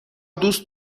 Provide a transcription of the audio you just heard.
دوست